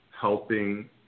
helping